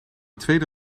tweede